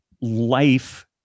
life